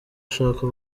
ashaka